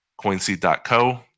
coinseed.co